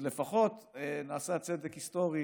אז לפחות נעשה צדק היסטורי